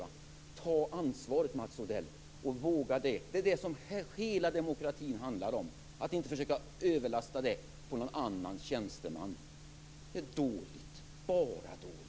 Våga ta ansvaret, Mats Odell! Det är det som hela demokratin handlar om: att inte försöka överlasta ansvaret på någon annan, på någon tjänsteman. Det är dåligt, bara dåligt.